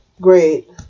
Great